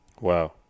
Wow